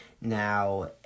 Now